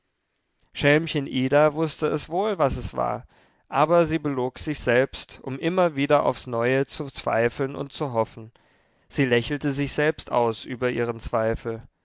schelmchen ida wußte es wohl was es war aber sie belog sich selbst um immer wieder aufs neue zu zweifeln und zu hoffen sie lächelte sich selbst aus über ihren zweifel